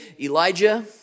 Elijah